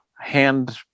hand